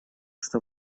что